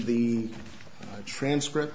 the transcript